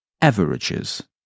Averages